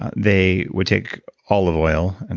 ah they would take olive oil. and